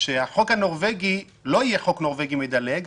שהחוק הנורווגי לא יהיה "חוק נורווגי מדלג",